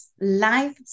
life